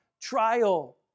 trial